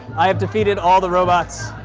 i have defeated all the robots,